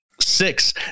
Six